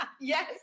Yes